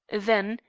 then,